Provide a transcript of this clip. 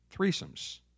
threesomes